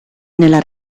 nella